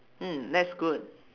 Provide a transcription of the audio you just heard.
mm that's good